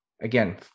again